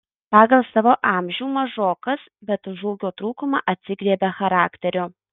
pagal savo amžių mažokas bet už ūgio trūkumą atsigriebia charakteriu